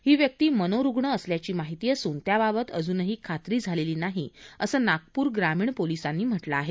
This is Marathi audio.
ही व्यक्ती मनोरुग्ण असल्याची माहिती असून त्याबाबत अजूनही खात्री झालेली नाही असं नागपूर ग्रामीण पोलीसांनी म्हटलं आहे